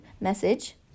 message